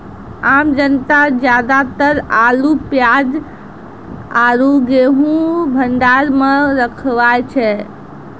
आम जनता ज्यादातर आलू, प्याज आरो गेंहूँ भंडार मॅ रखवाय छै